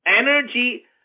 energy